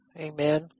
Amen